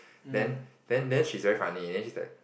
then then then she's very funny then she's like